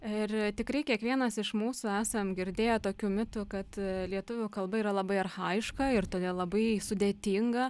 ir tikrai kiekvienas iš mūsų esam girdėję tokių mitų kad lietuvių kalba yra labai archajiška ir todėl labai sudėtinga